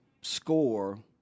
score